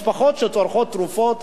משפחות שצורכות תרופות,